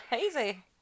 easy